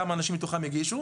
כמה אנשים מתוכם הגישו,